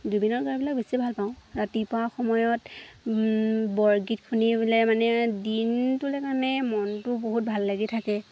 জুবিনৰ গানবিলাক বেছি ভাল পাওঁ ৰাতিপুৱা সময়ত বৰগীত শুনি পেলাই মানে দিনটোলৈ কাৰণে মনটো বহুত ভাল লাগি থাকে